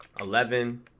eleven